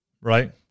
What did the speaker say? Right